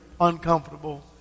uncomfortable